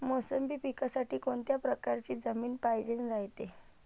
मोसंबी पिकासाठी कोनत्या परकारची जमीन पायजेन रायते?